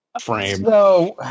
frame